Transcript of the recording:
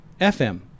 FM